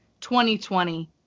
2020